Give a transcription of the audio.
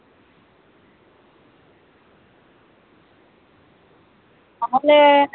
আর বলছি আপনার কাছে নতুন ছিট দিয়ে কি নতুন জামা তৈরি আপনি কি করেন